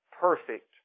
perfect